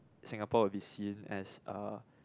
Singapore a bit seen as a